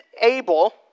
able